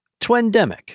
Twendemic